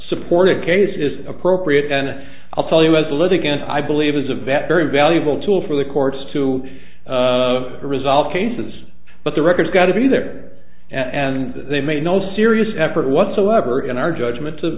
supported case is appropriate and i'll tell you as a litigant i believe is a vet very valuable tool for the courts to resolve cases but the records got to be there and they made no serious effort whatsoever in our judgment to